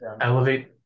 elevate